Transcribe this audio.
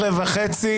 החוקה.